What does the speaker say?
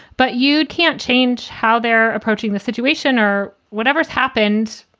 but you can't change how they're approaching the situation or whatever it's happened.